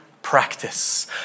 Practice